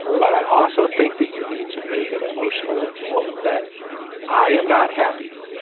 but i also think that you need to make an emotional appeal that i am not happy